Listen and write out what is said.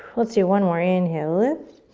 let's do one more. inhale, lift.